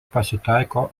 pasitaiko